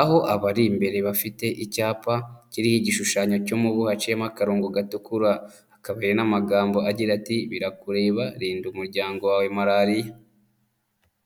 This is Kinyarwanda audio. aho abari imbere bafite icyapa kiriho igishushanyo cy'umubu haciyemo akarongo gatukura, hakaba hari n'amagambo agira ati "birakureba rinda umuryango wawe Malariya".